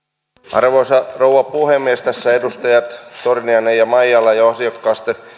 arvoisa rouva puhemies tässä edustajat torniainen ja maijala jo ansiokkaasti